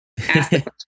Ask